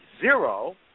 zero